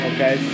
Okay